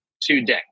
today